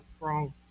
wrong